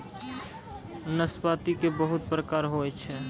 नाशपाती के बहुत प्रकार होय छै